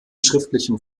schriftlichen